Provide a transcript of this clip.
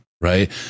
right